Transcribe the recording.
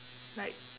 like